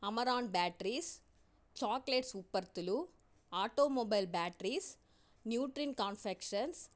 Amaron batteries chocolates ఉత్పర్థులు automobile batteries Nutrine confections